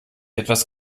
etwas